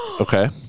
Okay